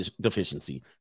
deficiency